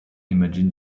imagine